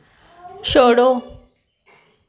छोड़ो